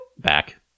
Back